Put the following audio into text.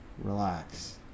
relax